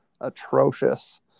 atrocious